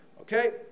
Okay